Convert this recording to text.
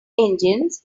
engines